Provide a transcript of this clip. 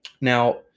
Now